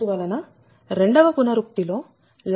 అందువలన రెండవ పునరుక్తి లో Δ5068